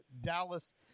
Dallas